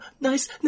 nice